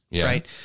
right